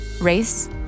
Race